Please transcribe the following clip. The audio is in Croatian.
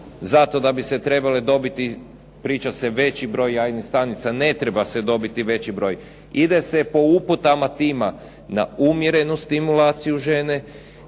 zato da bi se trebale dobiti priča se veći broj jajnih stanica, ne treba se dobiti veći broj, ide se po uputama tima na umjerenu stimulaciju žene,